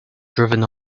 driven